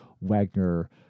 wagner